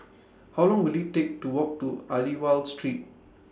How Long Will IT Take to Walk to Aliwal Street